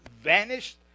vanished